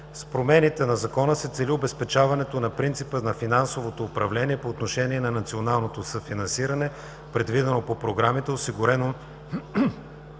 С промените на Закона се цели обезпечаването на принципа на финансовото управление по отношение и на националното съфинансиране, предвидено по програмите, осигурено